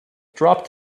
dropped